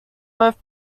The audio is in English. both